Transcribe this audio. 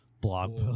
blog